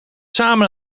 samen